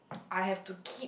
I have to keep